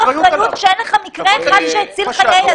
אחריות כשיש לך מקרה אחד שהציל חיי אדם?